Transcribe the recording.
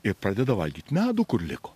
ir pradeda valgyt medų kur liko